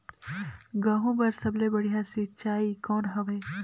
गहूं बर सबले बढ़िया सिंचाई कौन हवय?